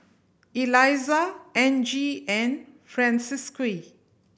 Elizah Angie and Francisqui